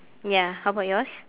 ya how about yours